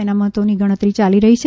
તેના મતોની ગણતરી યાલી રહી છે